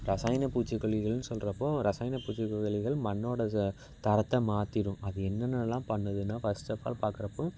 ரசாயன பூச்சி கொல்லிகள்ன்னு சொல்லுறப்போ ரசாயன பூச்சிக்கொல்லிகள் மண்ணோட ச தரத்தை மாற்றிடும் அது என்னென்னலாம் பண்ணுதுன்னா ஃபர்ஸ்ட் ஆஃப் ஆல் பார்க்கறப்போ